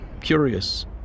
curious